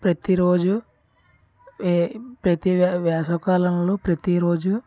ప్రతీరోజు ఏ ప్రతి వే వేసవికాలంలో ప్రతీరోజు